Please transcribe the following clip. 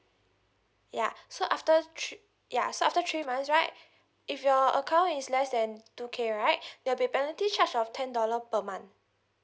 ya so after thr~ ya so after three months right if your account is less than two K right there'll be penalty charge of ten dollar per month